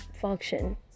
function